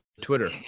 twitter